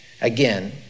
again